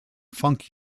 funk